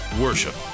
worship